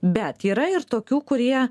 bet yra ir tokių kurie